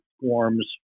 forms